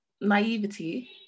naivety